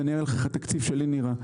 אני אראה לך איך התקציב שלי נראה.